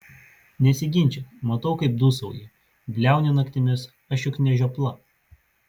nesiginčyk matau kaip dūsauji bliauni naktimis aš juk ne žiopla